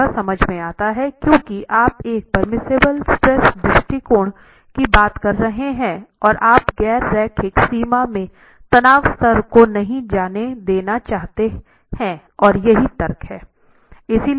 तो यह समझ में आता है क्योंकि आप एक प्रेमिसिबल स्ट्रेस दृष्टिकोण की बात कर रहे हैं आप गैर रैखिक सीमा में तनाव स्तर को नहीं जाने देना चाहते हैं और यही तर्क है